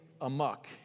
amok